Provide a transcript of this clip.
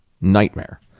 nightmare